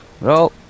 roll